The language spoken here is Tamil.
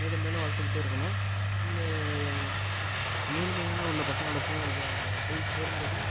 மேலும் மேலும் வளர்த்துக்கிட்டே இருக்கணும் இந்த ஏழ்மையான உள்ள பசங்களுக்கும் இதை போய் சேரும்படி